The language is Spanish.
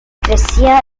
creció